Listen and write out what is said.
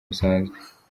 busanzwe